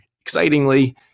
excitingly